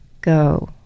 go